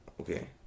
okay